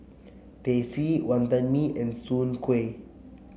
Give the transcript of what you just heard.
Teh C Wantan Mee and Soon Kueh